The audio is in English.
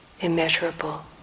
immeasurable